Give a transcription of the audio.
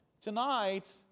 Tonight